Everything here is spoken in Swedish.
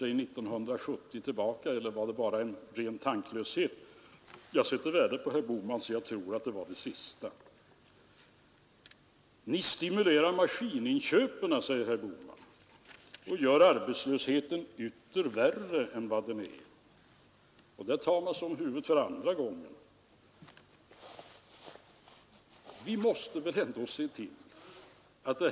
Jag är beredd att säga, herr talman, att den skribenten kanhända hade rätt. Etablerar man en diktatur med åtföljande skräckregemente kan man sköta många svåra ting på ett enkelt sätt. Då kan man t.o.m. tillämpa den här tryckknappsfilosofin med en viss framgång.